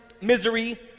misery